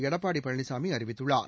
எடப்பாடி பழனிசாமி அறிவித்துள்ளார்